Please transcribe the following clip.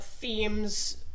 themes